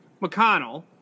McConnell